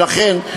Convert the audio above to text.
ולכן,